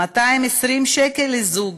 220 שקל לזוג,